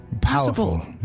Powerful